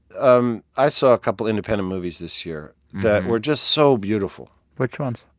um i saw a couple independent movies this year that were just so beautiful which ones?